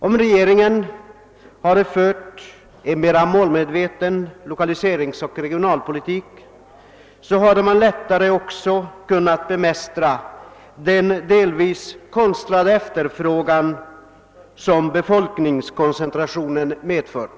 Om regeringen hade fört en mera målmedveten lokaliseringsoch regionalpolitik hade den också lättare kunnat bemästra den delvis konstlade efterfrågan som befolkningskoncentrationen medfört.